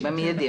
במיידי.